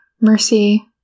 Mercy